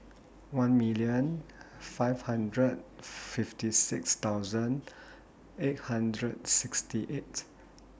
one million five hundred fifty six thousand eight hundred sixty eight